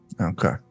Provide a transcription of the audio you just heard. Okay